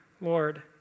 Lord